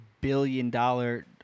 billion-dollar